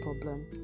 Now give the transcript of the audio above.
problem